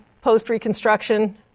post-reconstruction